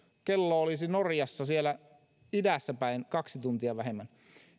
kello olisi norjassa siellä idässäpäin kaksi tuntia vähemmän